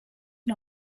and